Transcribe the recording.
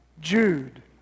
Jude